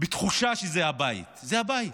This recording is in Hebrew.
בתחושה שזה הבית, זה הבית,